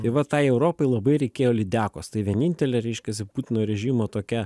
tai va tai europai labai reikėjo lydekos tai vienintelė reiškiasi putino režimo tokia